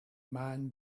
man